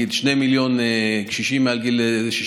נגיד 2 מיליון קשישים מעל גיל 65,